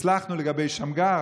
הצלחנו לגבי שמגר,